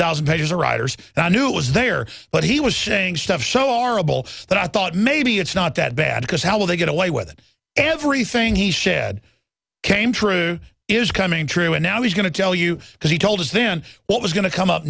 thousand pages or writers that i knew was there but he was saying stuff so horrible that i thought maybe it's not that bad because how will they get away with it everything he said came true is coming true and now he's going to tell you because he told us then what was going to come up